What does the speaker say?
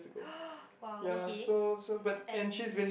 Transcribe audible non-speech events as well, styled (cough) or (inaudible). (noise) !wow! okay and